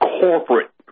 corporate